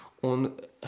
und